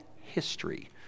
history